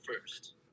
first